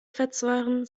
fettsäuren